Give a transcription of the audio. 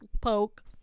Poke